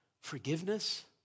forgiveness